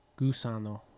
Gusano